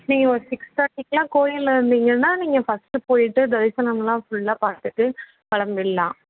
நீங்கள் ஒரு சிக்ஸ் தேர்ட்டிக்குலாம் கோயிலில் இருந்தீங்கன்னா நீங்கள் ஃபஸ்ட்டு போயிட்டு தரிசனம்லாம் ஃபுல்லா பார்த்துட்டு கிளம்பிட்லாம்